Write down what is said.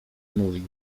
mówił